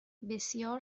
بسیار